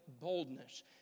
boldness